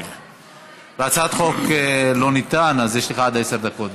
אז יש לך עד עשר דקות.